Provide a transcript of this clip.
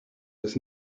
was